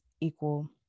equal